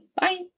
Bye